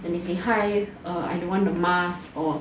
and then they say hi I don't want the mask or